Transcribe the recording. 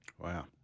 Wow